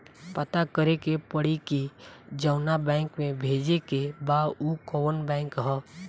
पता करे के पड़ी कि जवना बैंक में भेजे के बा उ कवन बैंक ह